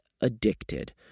addicted